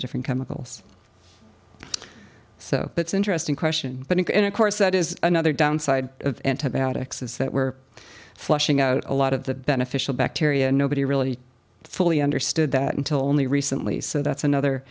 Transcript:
of different chemicals so it's interesting question but again of course that is another downside of antibiotics is that we're flushing out a lot of the beneficial bacteria and nobody really fully understood that until only recently so that's another